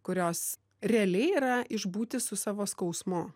kurios realiai yra išbūti su savo skausmu